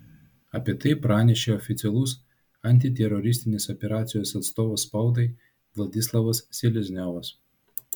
apie tai pranešė oficialus antiteroristinės operacijos atstovas spaudai vladislavas selezniovas